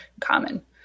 common